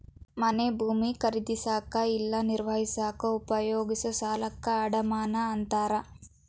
ಮನೆ ಭೂಮಿ ಖರೇದಿಸಕ ಇಲ್ಲಾ ನಿರ್ವಹಿಸಕ ಉಪಯೋಗಿಸೊ ಸಾಲಕ್ಕ ಅಡಮಾನ ಅಂತಾರ